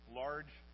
large